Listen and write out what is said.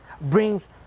brings